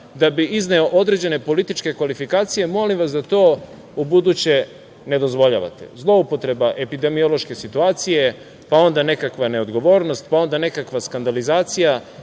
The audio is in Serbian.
da bi izneo određene političke kvalifikacije, molim vas da to ubuduće nedozvoljavate. Zloupotreba epidemiološke situacije, pa onda nekakva neodgovornost, pa onda nekakva skandalizacija,